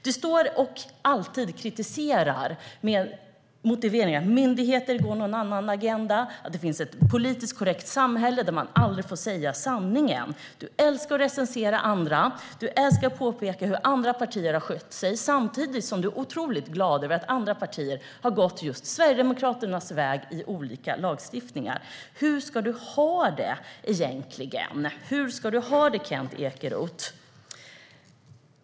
Du står alltid och kritiserar med motiveringen att myndigheter har någon annan agenda och att det finns ett politiskt korrekt samhälle där man aldrig får säga sanningen. Du älskar att recensera andra. Du älskar att peka på hur andra partier har skött sig samtidigt som du är otroligt glad över att andra partier har gått just Sverigedemokraternas väg i fråga om olika lagstiftningar. Hur ska du ha det egentligen? Hur ska du ha det, Kent Ekeroth?